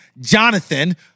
Jonathan